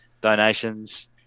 donations